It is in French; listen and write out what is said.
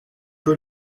peu